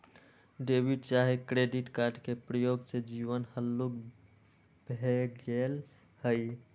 debit चाहे credit card के प्रयोग से जीवन हल्लुक भें गेल हइ